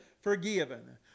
forgiven